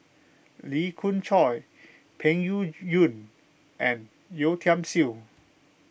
Lee Khoon Choy Peng Yuyun and Yeo Tiam Siew